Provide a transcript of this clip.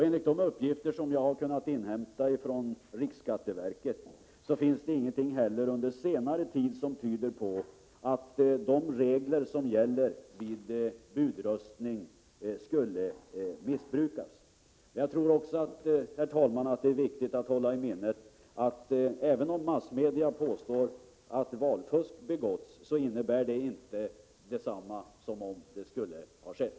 Enligt de uppgifter som jag har kunnat inhämta från riksskatteverket finns det ingenting heller under senare tid som tyder på att de regler som gäller vid budröstning skulle missbrukas. Jag tror också, herr talman, att det är viktigt att hålla i minnet att om massmedia påstår att valfusk har förekommit så är det inte detsamma som att det skulle ha skett.